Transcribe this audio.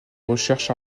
recherche